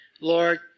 Lord